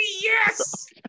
yes